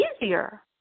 easier